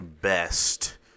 best